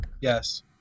Yes